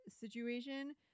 situation